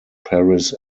paris